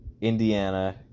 Indiana